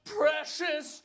precious